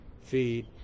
feed